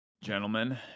Gentlemen